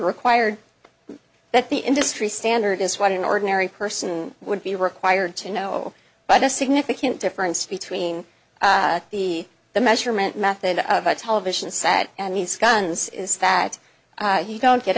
required that the industry standard is what an ordinary person would be required to know by the significant difference between the the measurement method of a television set and these guns is that you don't get